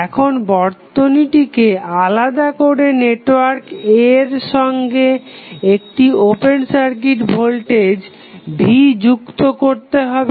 এখন বর্তনীটিকে আলাদা করে নেটওয়ার্ক A এর সঙ্গে একটি ওপেন সার্কিট ভোল্টেজ V যুক্ত করতে হবে